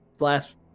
Last